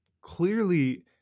clearly